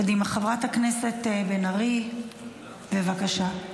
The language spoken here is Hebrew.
קדימה, חברת הכנסת בן ארי, בבקשה.